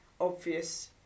obvious